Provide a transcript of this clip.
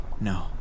No